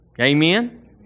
Amen